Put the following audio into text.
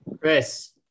Chris